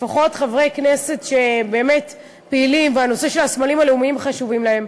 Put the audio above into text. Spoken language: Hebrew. לפחות חברי כנסת שבאמת פעילים והנושא של הסמלים הלאומיים חשוב להם,